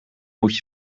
moet